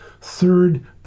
Third